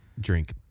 Drink